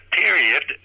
period